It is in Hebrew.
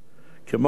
כמו כן,